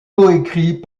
coécrit